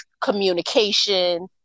communication